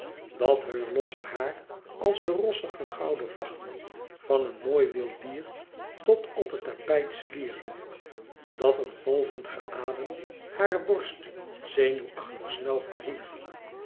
dat heur losse haar als de rossig gouden vacht van een mooi wild dier tot op het tapijt slierde dat een golvend geadem hare borst zenuwachtig snel verhief